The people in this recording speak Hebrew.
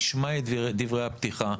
נשמע את דברי הפתיחה.